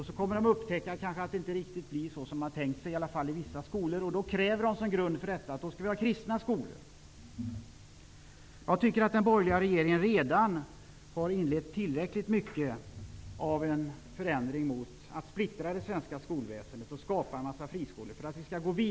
Sedan upptäcker de att det i vissa skolor kanske inte blir som de tänkt sig, och då kräver de att det skall finnas kristna skolor. Jag tycker att den borgerliga regeringen redan har inlett tillräckliga förändringar som leder till splittring av det svenska skolväsendet och skapar friskolor.